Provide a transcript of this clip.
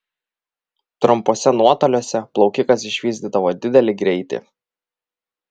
trumpuose nuotoliuose plaukikas išvystydavo didelį greitį